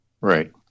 Right